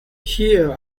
here